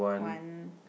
one